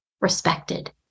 respected